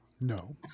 No